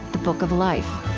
the book of life